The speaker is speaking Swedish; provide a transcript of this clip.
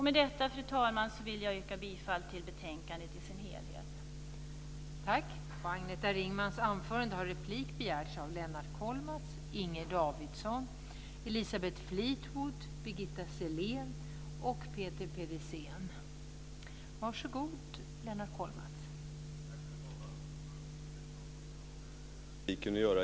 Med detta, fru talman, vill jag yrka bifall till förslaget i dess helhet i betänkandet.